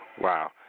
Wow